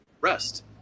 rest